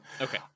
Okay